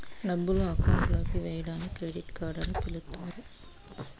డబ్బులు అకౌంట్ లోకి వేయడాన్ని క్రెడిట్ అని పిలుత్తారు